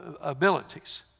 abilities